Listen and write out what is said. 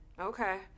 Okay